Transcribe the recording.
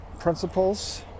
principles